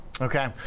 Okay